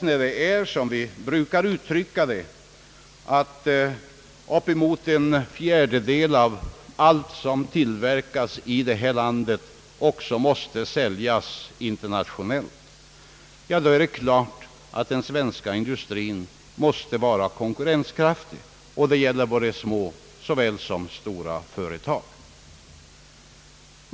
När uppemot en fjärdedel av allt som tillverkas i detta land också måste säljas internationellt, är det klart att den svenska industrin måste vara konkurrenskraftig; det gäller små såväl som stora företag.